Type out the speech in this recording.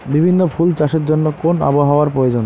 বিভিন্ন ফুল চাষের জন্য কোন আবহাওয়ার প্রয়োজন?